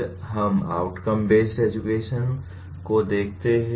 फिर हम outcome based education को देखते हैं